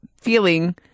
feeling